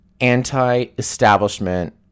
anti-establishment